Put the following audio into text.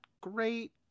great